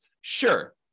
Sure